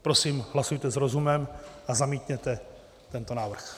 Prosím, hlasujte s rozumem a zamítněte tento návrh.